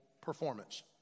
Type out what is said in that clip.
performance